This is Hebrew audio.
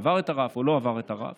אם עבר את הרף או לא עבר את הרף,